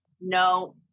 No